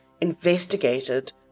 investigated